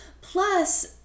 Plus